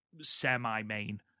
semi-main